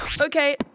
okay